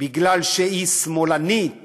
בגלל שהיא שמאלנית